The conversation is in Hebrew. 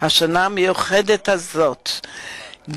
המיוחדת הזאת,